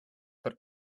but